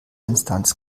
instanz